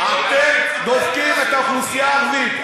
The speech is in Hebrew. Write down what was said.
אתם דופקים את האוכלוסייה הערבית,